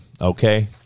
okay